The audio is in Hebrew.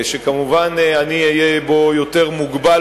שכמובן אני אהיה בו יותר מוגבל,